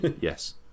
Yes